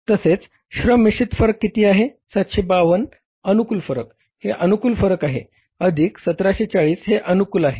तसेच श्रम मिश्रीत फरक किती आहे 752 अनुकूल फरक हे अनुकूल फरक आहे अधिक 1740 हे अनुकूल आहे